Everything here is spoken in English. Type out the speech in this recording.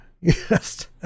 Yes